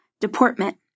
Deportment